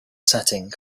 setting